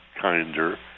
kinder